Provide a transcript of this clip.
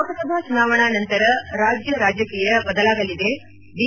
ಲೋಕಸಭಾ ಚುನಾವಣಾ ನಂತರ ರಾಜ್ಯ ರಾಜಕೀಯ ಬದಲಾಗಲಿದೆ ಬಿ